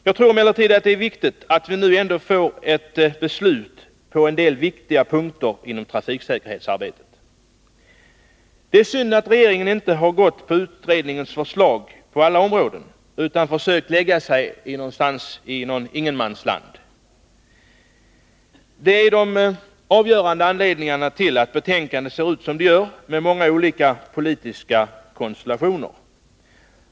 Jag tror emellertid att det är viktigt att vi nu ändock får ett beslut på en del viktiga punkter inom trafiksäkerhetsarbetet. Det är synd att regeringen inte gått med på utredningens förslag på alla punkter utan försökt lägga sig någonstans i ett ingenmansland. Det är de avgörande anledningarna till att betänkandet ser ut som det gör med många olika politiska konstellationer.